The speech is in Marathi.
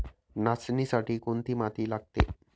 नाचणीसाठी कोणती माती लागते?